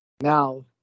now